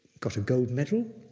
got a gold medal.